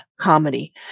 comedy